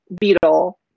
beetle